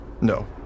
No